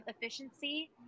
efficiency